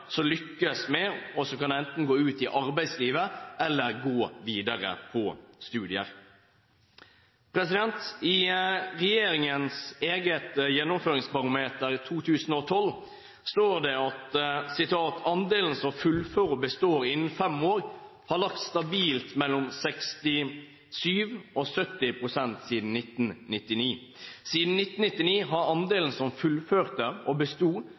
lykkes med dette, og som enten kan gå ut i arbeidslivet eller kan gå videre til studier. I regjeringens eget Gjennomføringsbarometer 2012:1 står det: andelen som fullfører og består innen fem år har ligget stabilt mellom 67 og 70 prosent siden 1999. Siden 1999 har andelen som fullførte og besto